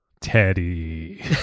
teddy